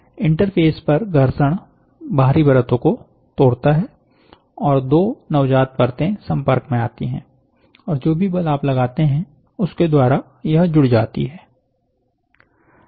interface पर घर्षण बाहरी परत को तोड़ता है और दो नवजात परतें संपर्क में आती है और जो भी बल आप लगाते हैं उसके द्वारा यह जुड़ जाती हैं